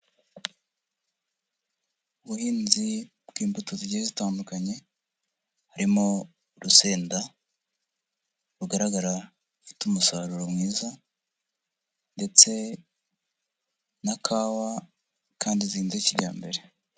Ubuhinzi bw'imbuto zigiye zitandukanye, harimo urusenda rugaragara rufite umusaruro mwiza ndetse na kawa kandi zihinze kijyambere.